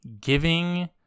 giving